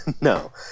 No